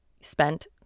spent